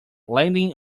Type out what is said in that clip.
landing